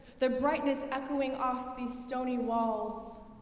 their brightness echoing off these stony walls.